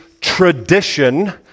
tradition